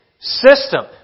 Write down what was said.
system